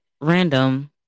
random